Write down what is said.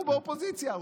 אנחנו באופוזיציה.